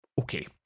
Okay